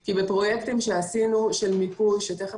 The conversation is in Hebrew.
כי בפרויקטים של מיפוי שעשינו,